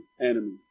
enemy